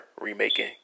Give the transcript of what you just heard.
remaking